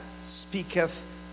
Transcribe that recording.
speaketh